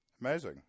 Amazing